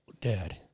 Dad